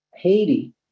Haiti